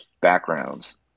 backgrounds